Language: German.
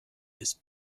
ist